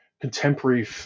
contemporary